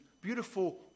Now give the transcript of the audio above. beautiful